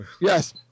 Yes